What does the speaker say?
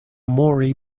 mori